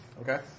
Okay